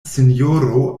sinjoro